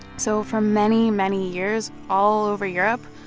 so for many, many years all over europe,